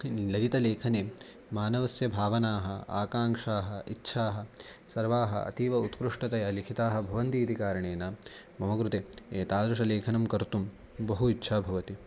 ललितलेखने मानवस्य भावनाः आकाङ्क्षाः इच्छाः सर्वाः अतीव उत्कृष्टतया लिखिताः भवन्ति इति कारणेन मम कृते एतादृशलेखनं कर्तुं बहु इच्छा भवति